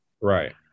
Right